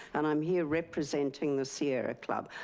and i'm here representing the sierra club.